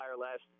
last